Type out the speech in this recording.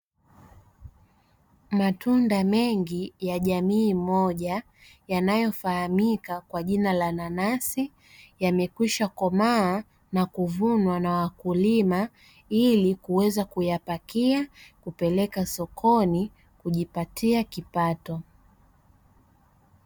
Matunda mengi ya jamii moja yanayo fahamika kwa jina la nanasi yamekwisha komaa na kuvunwa na wakulima ili kuweza kuyapakia kupeleka sokoni kujipatia kipato.